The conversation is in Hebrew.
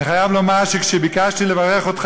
אני חייב לומר שכשביקשתי לברך אותך